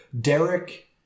Derek